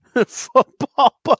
football